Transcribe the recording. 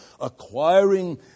acquiring